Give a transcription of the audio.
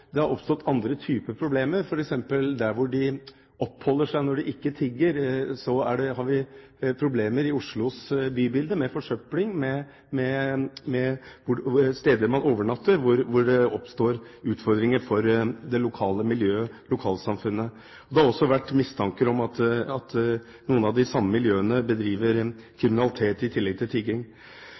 har det oppstått andre typer problemer. For eksempel der hvor de oppholder seg når de ikke tigger, er det problemer i Oslos bybilde med forsøpling, og på steder hvor de overnatter, oppstår det utfordringer for det lokale miljøet, lokalsamfunnet. Det har også vært mistanker om at noen av de samme miljøene bedriver kriminalitet i tillegg til tigging.